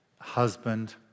husband